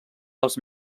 els